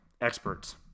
experts